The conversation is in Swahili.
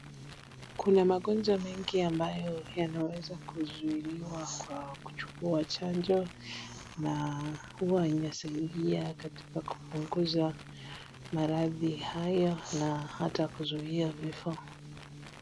Kuna magonjwa mengi ambayo yanaweza kuzuiliwa kwa kuchukua chanjo na huwa inasaidia katika kupunguza maradhi hayo na hata kuzuia vifo